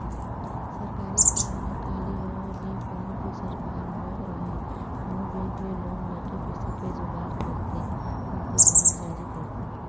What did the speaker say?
सरकारी खजाना खाली होय ले कोनो भी सरकार होय ओहा कोनो बेंक ले लोन लेके पइसा के जुगाड़ करथे नइते बांड जारी करथे